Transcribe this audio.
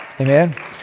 amen